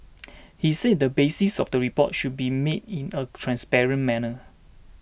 he said the basis of the report should be made in a transparent manner